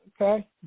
okay